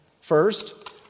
First